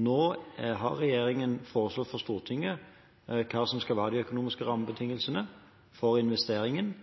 Nå har regjeringen foreslått for Stortinget hva som skal være de økonomiske rammebetingelsene for investeringen,